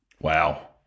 Wow